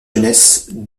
jeunesse